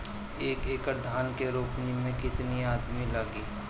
एक एकड़ धान के रोपनी मै कितनी आदमी लगीह?